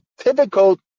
typical